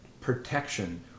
protection